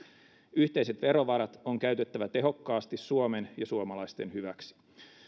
yhteiset verovarat on käytettävä tehokkaasti suomen ja suomalaisten hyväksi